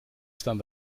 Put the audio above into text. staan